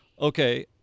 Okay